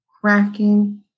cracking